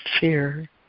fear